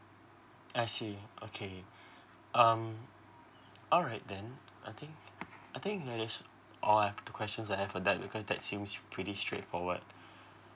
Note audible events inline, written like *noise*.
I see okay *breath* um alright then I think I think that is all I've the questions I have for that because that seems pretty straightforward *breath*